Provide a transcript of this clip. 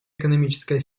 экономическая